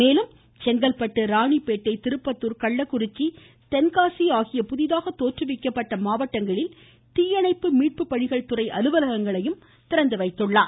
மேலும் செங்கல்பட்டு ராணிப்பேட்டை திருப்பத்தூர் கள்ளக்குறிச்சி தென்காசி ஆகிய புதிதாக தோற்றுவிக்கப்பட்ட மாவட்டங்களில் தீயணைப்பு மீட்பு பணிகள் துறை அலுவலகங்களை திறந்துவைத்தார்